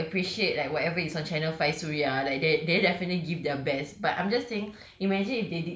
okay lah obviously I appreciate like whatever is on channel five suria like they they definitely gave their best but I'm just saying